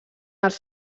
els